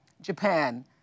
Japan